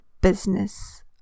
business